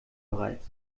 bereits